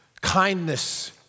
kindness